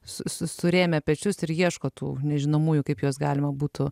surėmę pečius ir ieško tų nežinomųjų kaip juos galima būtų